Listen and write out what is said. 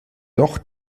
doch